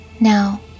Now